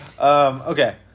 Okay